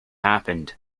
happened